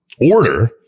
order